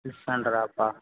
six ஹண்ரட்டாபா